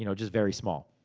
you know just very small.